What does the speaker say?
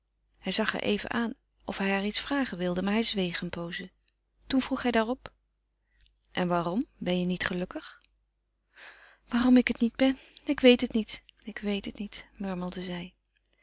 hij zag haar even aan of hij haar iets vragen wilde maar hij zweeg een pooze toch vroeg hij daarop en waarom ben je niet gelukkig waarom ik het niet ben ik weet het niet ik weet het niet murmelde zij